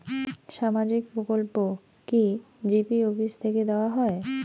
সামাজিক প্রকল্প কি জি.পি অফিস থেকে দেওয়া হয়?